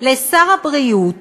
לשר הבריאות